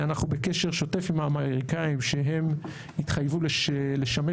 אנחנו בקשר שוטף עם האמריקאים שהם התחייבו לשמש